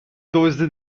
دزدی